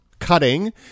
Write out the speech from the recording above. cutting